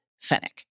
Fennec